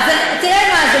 תראה מה זה,